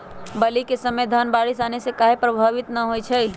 बली क समय धन बारिस आने से कहे पभवित होई छई?